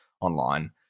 online